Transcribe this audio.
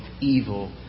evil